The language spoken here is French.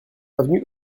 avenue